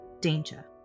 danger